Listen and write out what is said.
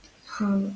בברמינגהאם.